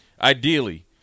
ideally